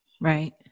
Right